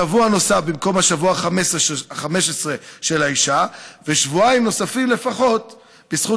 שבוע נוסף במקום השבוע ה-15 של האישה ושבועיים נוספים לפחות בזכות